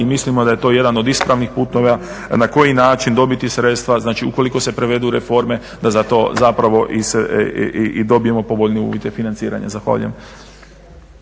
I mislimo da je to jedan od ispravnih putova na koji način dobiti sredstva. Znači ukoliko se provedu reforme da za to zapravo i dobijemo povoljnije uvjete financiranja. Zahvaljujem.